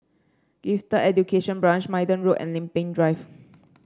Gifted Education Branch Minden Road and Lempeng Drive